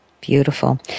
Beautiful